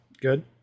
good